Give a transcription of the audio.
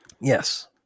Yes